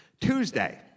Tuesday